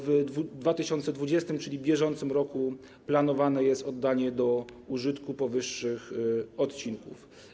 W 2020, czyli w bieżącym roku, planowane jest oddanie do użytku powyższych odcinków.